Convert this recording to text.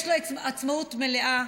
יש לו עצמאות מלאה,